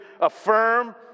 affirm